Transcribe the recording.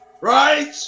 right